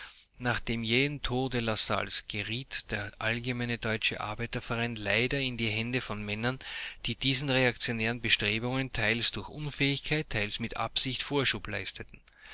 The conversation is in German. dem jähen tode lassalles geriet der allgemeine deutsche arbeiterverein leider in die hände von männern die diesen reaktionären bestrebungen teils durch unfähigkeit teils mit absicht vorschub leisteten